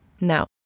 Now